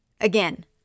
Again